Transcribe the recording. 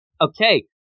okay